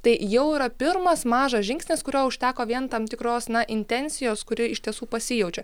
tai jau yra pirmas mažas žingsnis kurio užteko vien tam tikros na intencijos kuri iš tiesų pasijaučia